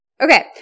Okay